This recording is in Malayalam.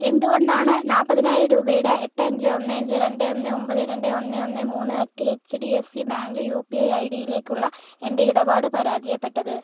എന്തു കൊണ്ടാണ് നാപ്പതിനായിരം രൂപയുടെ എട്ട് അഞ്ച് ഒന്ന് അഞ്ച് രണ്ട് ഒന്ന് ഒമ്പത് രണ്ട് ഒന്ന് ഒന്ന് മൂന്ന് at H D F C bank U P I ഐഡിയിലേക്കുള്ള എൻ്റെ ഇടപാട് പരാജയപ്പെട്ടത്